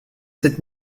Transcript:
sept